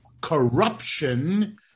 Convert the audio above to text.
corruption